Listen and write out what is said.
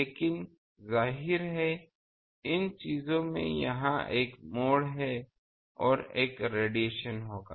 लेकिन जाहिर है इन चीजों में यहाँ एक मोड़ है और एक रेडिएशन होगा